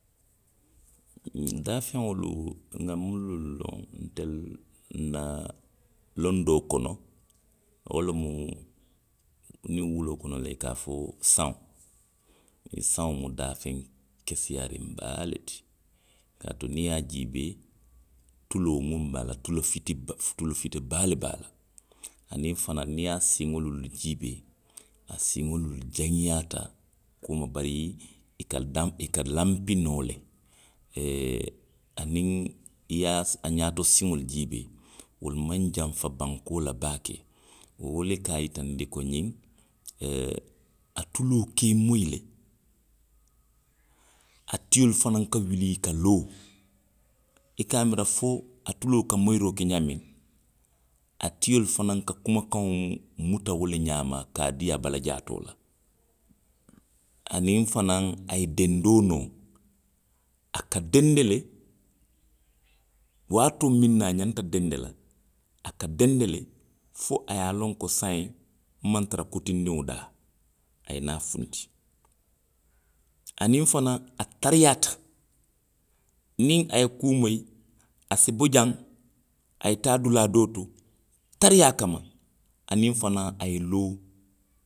Daafeŋolu. nŋa munnu loŋ. ntelu la londoo kono. wo lemu, niŋ woloo kono loŋ, i ka fo saŋo. saŋo mu daafeŋ keseyaariŋ baa le ti. Kaatu niŋ ye a jiibee. tuloo miŋ be a la, tulu fitiba, tulu fiti baa le be a la. Aniŋ fanaŋ niŋ ye a siŋolu jiibee, siŋolu jaŋayaata kooma, bari, i ka, i ka danpi, i ka lanpi noo le, aniŋ i ye a. a ňaato siŋolu jiibee. wolu maŋ janfa bankoo la baake. wo le ka a yitandi ko ňiŋ,, a tuloo ka i moyi le. atiolu fanaŋ ka wuli i ka loo, i ka a miira fo a tuloo ka moyiroo ke ňaamiŋ. a tiolu fanaŋ ka kumakaŋolu muta wo le ňaama ka a dii a bala jaatoo la. Aniŋ fanaŋ a ye denndoo noo. a ka dennde le, waatoo miŋ na a ňanta dennde la, a ka dennde fo a ye a loŋ ko saayiŋ, nmaŋ tara kutindiŋo daa. A ye naa funti. Aniŋ fanaŋ, a tariyaata. Niŋ a ye kuu moyi. a si bo jaŋ, a ye taa dulaa doo to tariyaa kanma, aniŋ fanaŋ a ye loo